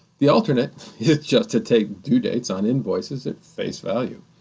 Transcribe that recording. the alternate is just to take due dates on invoices at face value.